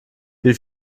wie